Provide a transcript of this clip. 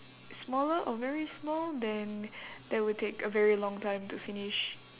smaller or very small then that will take a very long time to finish